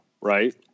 right